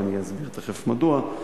אני אסביר תיכף מדוע: